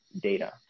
data